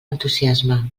entusiasme